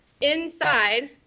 inside